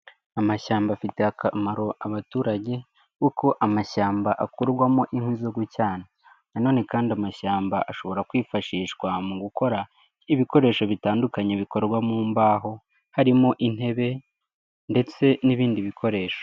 Amashyamba afitiye akamaro abaturage, kuko amashyamba akurwamo inkwi zo gucana. Na none kandi amashyamba ashobora kwifashishwa mu gukora ibikoresho bitandukanye, bikorwa mu mbaho, harimo intebe ndetse n'ibindi bikoresho.